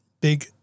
Big